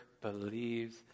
believes